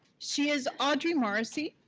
she is audrey morrissey,